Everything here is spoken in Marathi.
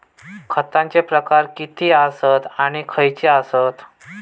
खतांचे प्रकार किती आसत आणि खैचे आसत?